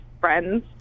friends